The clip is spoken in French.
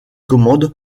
commandes